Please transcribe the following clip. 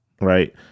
right